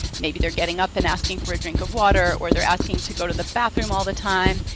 maybe they're getting up and asking for a drink of water or they're asking to go to the bathroom all the time.